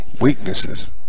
weaknesses